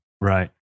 Right